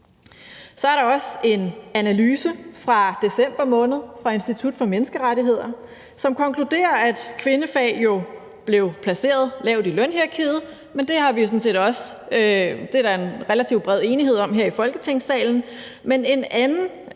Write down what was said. Så er der også en analyse fra december måned fra Institut for Menneskerettigheder, som konkluderer, at kvindefagene jo blev placeret lavt i lønhierarkiet, og det er der en relativt bred enighed om her i Folketingssalen,